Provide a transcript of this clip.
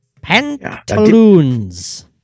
Pantaloons